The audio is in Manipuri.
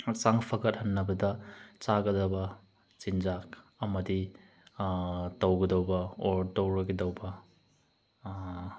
ꯍꯛꯆꯥꯡ ꯐꯒꯠꯍꯟꯅꯕꯗ ꯆꯥꯒꯗꯕ ꯆꯤꯟꯖꯥꯛ ꯑꯃꯗꯤ ꯇꯧꯒꯗꯧꯕ ꯑꯣꯔ ꯇꯧꯔꯣꯏꯒꯗꯧꯕ